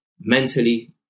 mentally